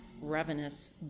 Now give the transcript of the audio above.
ravenous